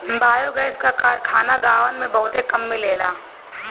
biogas क कारखाना गांवन में बहुते कम मिलेला